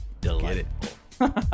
delightful